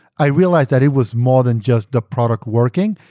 i realized that it was more than just the product working,